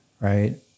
right